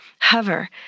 hover